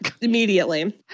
immediately